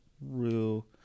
real